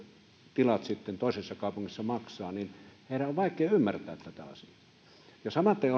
tilat sitten toisessa kaupungissa maksavat niin heidän on vaikea ymmärtää tätä asiaa samaten